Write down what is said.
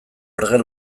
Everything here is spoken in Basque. ergel